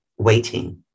Waiting